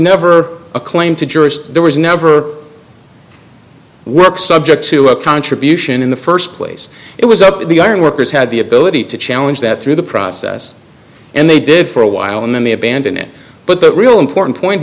never a claim to jurist there was never work subject to a contribution in the first place it was up to the ironworkers had the ability to challenge that through the process and they did for a while and then they abandon it but the real important point